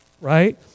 Right